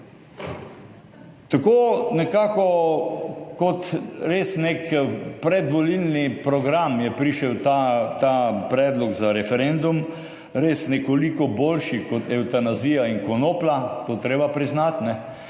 Tako nekako kot res nek predvolilni program je prišel ta predlog za referendum, res nekoliko boljši, kot evtanazija in konoplja, to je treba priznati,